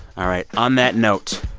all right. on that note,